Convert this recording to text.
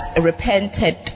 repented